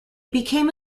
became